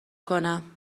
کنم